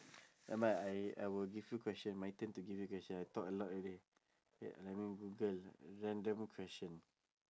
nevermind I I will give you question my turn to give you question I talk a lot already wait let me google random question